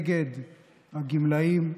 נגד הגמלאים,